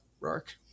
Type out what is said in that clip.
Rourke